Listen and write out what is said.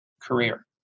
career